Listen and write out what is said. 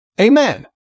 Amen